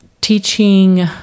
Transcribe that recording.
teaching